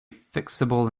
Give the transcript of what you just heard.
fixable